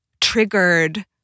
triggered